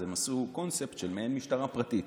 ולפני עשר שנים הם יצרו קונספט של מעין משטרה פרטית.